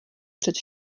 před